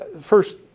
First